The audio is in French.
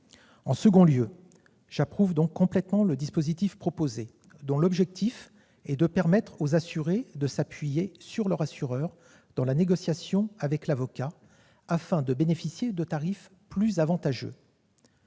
En second lieu, j'approuve complètement le dispositif proposé, dont l'objectif est de permettre aux assurés de s'appuyer sur leur assureur dans la négociation avec l'avocat, afin de bénéficier de tarifs plus avantageux.